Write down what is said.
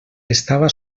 estava